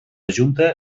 junta